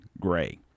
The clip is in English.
Gray